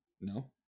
No